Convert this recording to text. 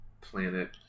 planet